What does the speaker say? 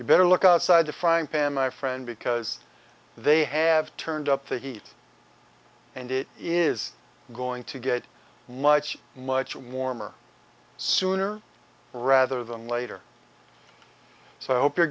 you better look outside the frying pan my friend because they have turned up the heat and it is going to get much much warmer sooner rather than later so i hope you're